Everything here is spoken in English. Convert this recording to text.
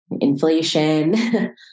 inflation